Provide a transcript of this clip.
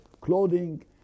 clothing